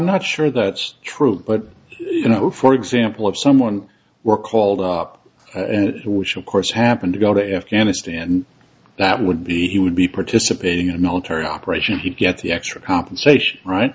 not sure the that's true but you know for example of someone we're called up which of course happened to go to afghanistan and that would be he would be participating in a military operation to get the extra compensation right